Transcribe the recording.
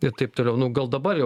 ir taip toliau nu gal dabar jau